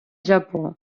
japó